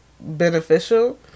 beneficial